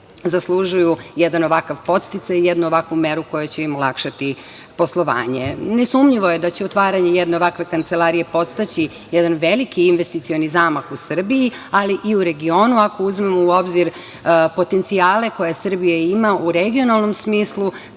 zaslužuju jedan ovakav podsticaj i jednu ovakvu meru koja će im olakšati poslovanje. Nesumnjivo je će otvaranje jedne ovakve kancelarije podstaći jedan veliki investicioni zamak u Srbiji, ali i u regionu ako uzmemo u obzir potencijale koje Srbija ima u regionalnom smislu